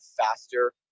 faster